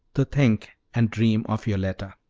to think and dream of yoletta.